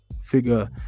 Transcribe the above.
figure